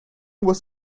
was